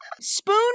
Spoon